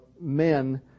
men